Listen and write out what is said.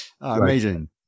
Amazing